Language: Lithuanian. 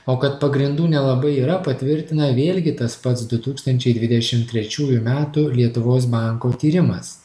o kad pagrindų nelabai yra patvirtina vėlgi tas pats du tūkstančiai dvidešim trečiųjų metų lietuvos banko tyrimas